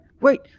wait